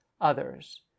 others